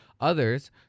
others